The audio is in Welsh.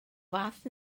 fath